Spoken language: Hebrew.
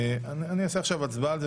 נצביע על זה.